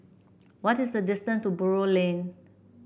what is the distant to Buroh Lane